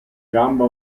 gamba